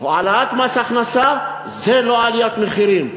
או העלאת מס הכנסה זה לא עליית מחירים,